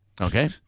Okay